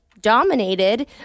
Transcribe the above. dominated